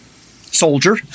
soldier